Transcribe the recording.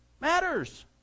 matters